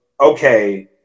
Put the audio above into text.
okay